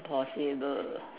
impossible